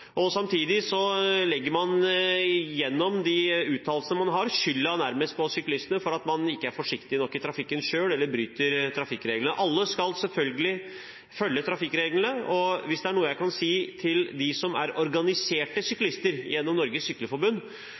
og sykle. Samtidig legger man gjennom de uttalelser man kommer med, skylden nærmest på syklistene for at man ikke er forsiktig nok i trafikken selv, eller bryter trafikkreglene. Alle skal selvfølgelig følge trafikkreglene, og hvis det er noe jeg kan si til dem som er organiserte syklister gjennom Norges